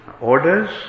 orders